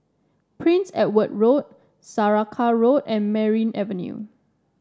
Prince Edward Road Saraca Road and Merryn Avenue